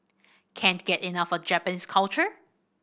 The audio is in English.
can't get enough of Japanese culture